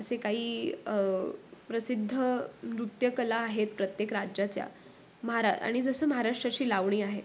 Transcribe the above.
असे काही प्रसिद्ध नृत्यकला आहेत प्रत्येक राज्याच्या महारा आणि जसं महाराष्ट्राची लावणी आहे